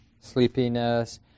sleepiness